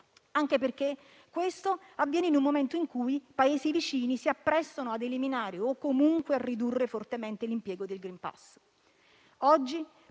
Anche perché questo avviene in un momento in cui Paesi vicini si apprestano ad eliminare o comunque ridurre fortemente l'impiego del *green pass*.